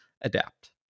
adapt